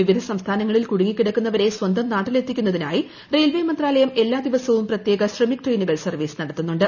വിവിധ സംസ്ഥാനങ്ങളിൽ കുടുങ്ങി കിടക്കുന്നവരെ സ്വന്തം നാട്ടിലെത്തിക്കുന്നതിനായി റെയിൽവേ മന്ത്രാലയം എല്ലാ ദിവസവും പ്രത്യേക ശ്രമിക് ട്രെയിനുകൾ സർവ്വീസ് നടത്തുന്നുണ്ട്